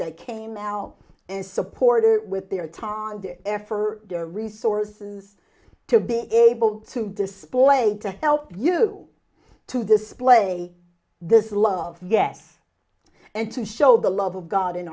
that came out and supported with their time on the air for their resources to be able to display to help you to display this love guess and to show the love of god in